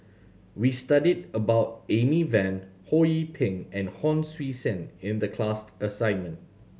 we studied about Amy Van Ho Yee Ping and Hon Sui Sen in the class assignment